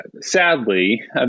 sadly